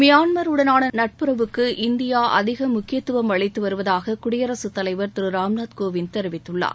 மியான்மருடனான நட்புறவுக்கு இந்தியா அதிகம் முக்கியத்துவம் அளித்து வருவதாக குடியரசுத்தலைவர் திரு ராம்நாத் கோவிந்த் தெரிவித்துள்ளார்